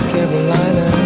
Carolina